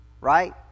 right